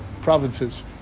provinces